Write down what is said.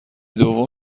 دوم